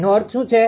તેનો અર્થ શું છે